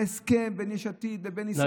ההסכם בין יש עתיד לבין ישראל ביתנו,